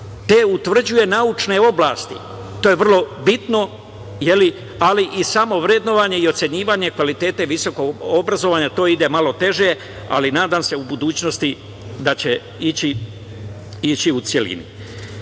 te utvrđuje naučne oblasti. To je vrlo bitno, ali i samovrednovanje i ocenjivanje kvaliteta visokog obrazovanja, to ide malo teže, ali se nadam u budućnosti da će ići u celini. Kako